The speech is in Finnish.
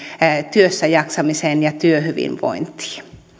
työssäjaksamiseen ja työhyvinvointiin